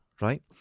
Right